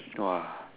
!wah!